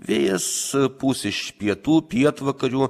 vėjas pūs iš pietų pietvakarių